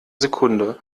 sekunde